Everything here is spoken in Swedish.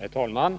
Herr talman!